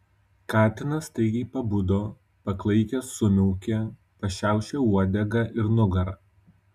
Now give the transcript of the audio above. katinas staigiai pabudo paklaikęs sumiaukė pašiaušė uodegą ir nugarą